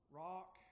rock